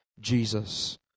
Jesus